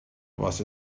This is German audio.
was